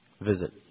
visit